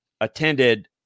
attended